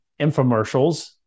infomercials